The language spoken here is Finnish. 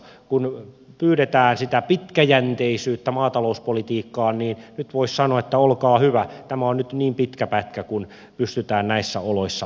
kun pyydetään sitä pitkäjänteisyyttä maatalouspolitiikkaan niin nyt voisi sanoa että olkaa hyvä tämä on nyt niin pitkä pätkä kuin pystytään näissä oloissa tekemään